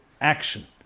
Action